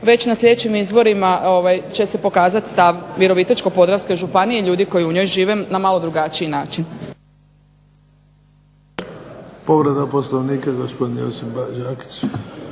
već na sljedećim izborima će se pokazati stav Virovitičko-Podravske županije i ljudi koji na njoj žive na malo drugačiji način. **Bebić, Luka (HDZ)** Povreda Poslovnika gospodin Josip Đakić.